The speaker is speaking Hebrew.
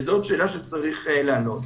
זאת שאלה שצריך לענות עליה.